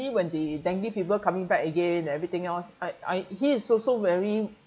when the dengue fever coming back again everything else I I he is also very